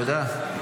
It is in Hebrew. תודה.